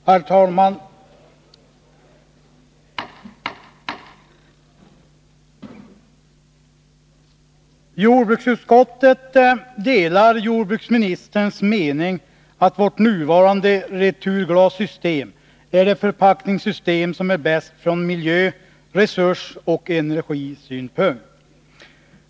Herr talman! Jordbruksutskottet delar jordbruksministerns mening att vårt nuvarande returglassystem är det förpackningssystem som är bäst från miljö-, resursoch energisynpunkt.